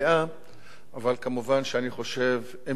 אבל מובן שאני חושב שאם תהיה הצעה,